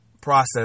process